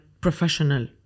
professional